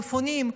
מפונים,